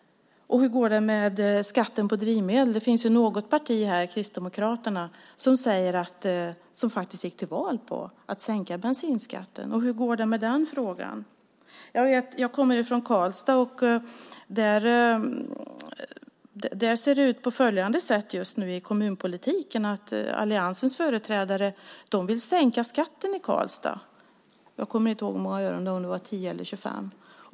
Hur går det med skatten på drivmedel? Det finns något parti här - Kristdemokraterna - som gick till val på att sänka bensinskatten. Hur går det med den frågan? Jag kommer från Karlstad. Där ser det ut på följande sätt just nu i kommunpolitiken: Alliansens företrädare vill sänka skatten i Karlstad. Jag kommer inte ihåg med hur många ören det var - 10 eller 25.